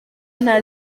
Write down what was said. nta